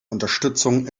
unterstützung